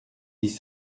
dix